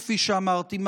כפי שאמרתי,